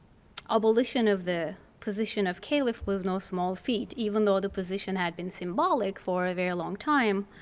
abolition of the position of caliph was no small feat, even though the position had been symbolic for a very long time.